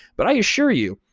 but i assure you,